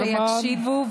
נורא חשוב לי שיקשיבו,